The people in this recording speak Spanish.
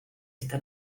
esta